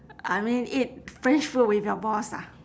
I mean eat french food with your boss ah